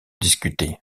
discutée